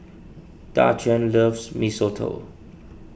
Daquan loves Mee Soto